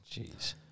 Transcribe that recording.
Jeez